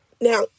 Now